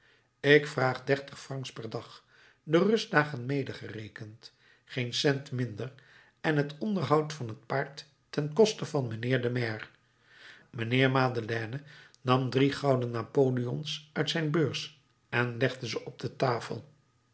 ik vraag dertig francs per dag de rustdagen medegerekend geen cent minder en het onderhoud van het paard ten koste van mijnheer den maire mijnheer madeleine nam drie gouden napoleons uit zijn beurs en legde ze op de tafel